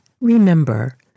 remember